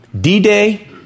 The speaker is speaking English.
D-Day